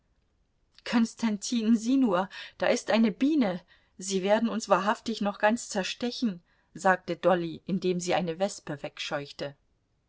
konstantin sieh nur da ist eine biene sie werden uns wahrhaftig noch ganz zerstechen sagte dolly indem sie eine wespe wegscheuchte